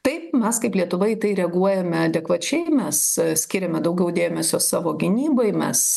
taip mes kaip lietuva į tai reaguojame adekvačiai mes skiriame daugiau dėmesio savo gynybai mes